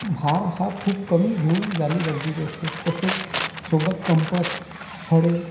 भार हा खूप कमी घेऊन जाणे गरजेचे असते तसेच सोबत कंपस फळे